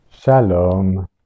Shalom